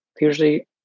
usually